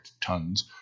tons